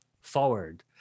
forward